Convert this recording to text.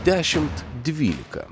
dešimt dvylika